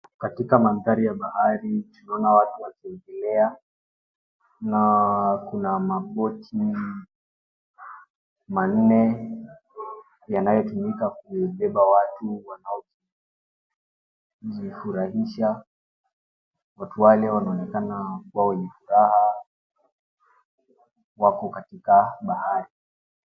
Katika mandhari ya bahari tuliona watu wakizungumza na kuna maboti manne yanayotumika kubeba watu wanaojifurahisha. Watu wale wanaonekana kuwa wenye furaha wako katika bahari.